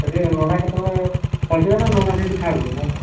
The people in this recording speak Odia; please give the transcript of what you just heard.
ସେଇଠି ନନା କେତେବେଳେ ପହଞ୍ଚିବେ ନା ନନା ସେଇଠି ଥାଆନ୍ତି ନା